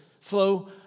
flow